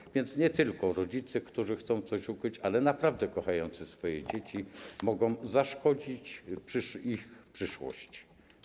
Tak więc nie tylko rodzice, którzy chcą coś ukryć, ale naprawdę kochający swoje dzieci mogą zaszkodzić ich przyszłości.